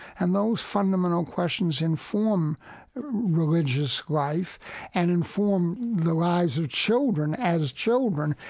and those fundamental questions inform religious life and inform the lives of children as children,